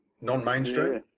non-mainstream